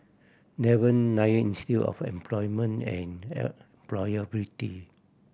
Devan Nair Institute of Employment and Employability